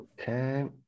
Okay